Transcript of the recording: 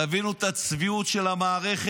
תבינו את הצביעות של המערכת.